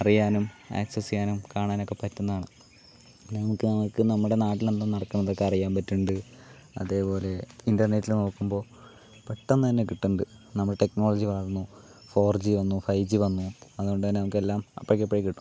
അറിയാനും ആക്സസ് ചെയ്യാനും കാണാനൊക്കെ പറ്റുന്നതാണ് നമുക്ക് നമുക്ക് നമ്മുടെ നാട്ടിലെന്താ നടക്കണതൊക്കെ അറിയാൻ പറ്റുന്നുണ്ട് അതേപോലെ ഇന്റർനെറ്റില് നോക്കുമ്പോൾ പെട്ടന്ന് തന്നെ കിട്ടുന്നുണ്ട് നമ്മുടെ ടെക്നോളജി വളർന്നു ഫോർ ജി വന്നു ഫൈവ് ജി വന്നു അതുകൊണ്ടുതന്നെ നമുക്ക് എല്ലാം അപ്പൊക്കപ്പഴേ കിട്ടും